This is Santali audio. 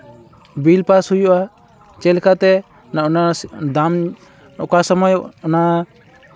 ᱵᱤᱞ ᱯᱟᱥ ᱦᱩᱭᱩᱜᱼᱟ ᱪᱮᱫ ᱞᱮᱠᱟᱛᱮ ᱚᱱᱟ ᱫᱟᱢ ᱚᱠᱟ ᱥᱚᱢᱚᱭ ᱚᱱᱟ